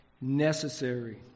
necessary